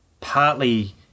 partly